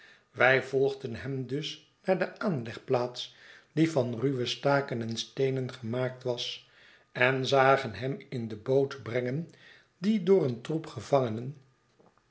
wij volgden hem dus naar de aanlegplaats die van ruwe staken en steenen gemaakt was en zagen hem in de boot brengen die door een troep gevangenen